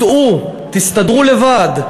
סעו, תסתדרו לבד.